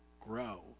grow